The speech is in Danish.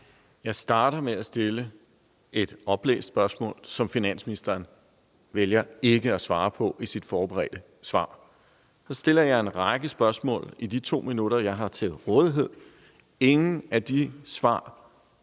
Jeg starter med at stille et oplæst spørgsmål, som finansministeren vælger ikke at svare på i sit forberedte svar. Så stiller jeg en række spørgsmål i de 2 minutter, jeg har til rådighed. Ingen af de